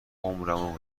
عمرمو